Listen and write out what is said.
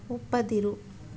ಒಪ್ಪದಿರು